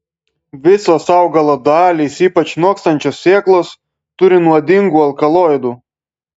visos augalo dalys ypač nokstančios sėklos turi nuodingų alkaloidų